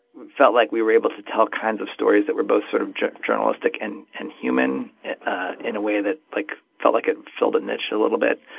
felt like we were able to tell kinds of stories that were both sort of journalistic and and human in a way that like felt like it filled a niche a little bit.